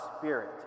spirit